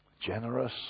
Generous